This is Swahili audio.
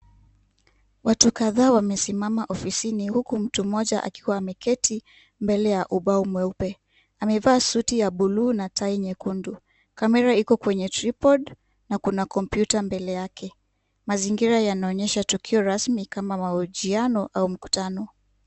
Watu kadhaa wamesimama ofisini huku mtu mmoja akiwa ameketi mbele ya ubao mweupe. Amevaa suti ya blue na tai nyekundu. Kamera iko kwenye tripod na kuna computer mbele yake. Mazingira yanaonyesha tukio rasmi kama mahojiono au mkutano.